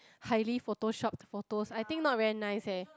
highly photoshopped photos I think not very nice eh